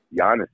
Giannis